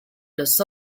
los